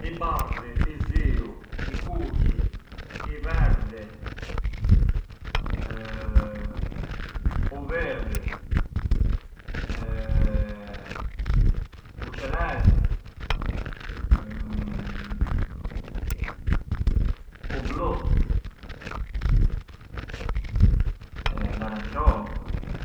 I bardhi, i ziu, i kuqi, i verdhi, u virdi, u celesti, u blu, l’arancioni.